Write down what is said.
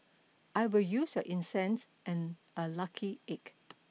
I will use your incense and a lucky egg